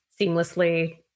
seamlessly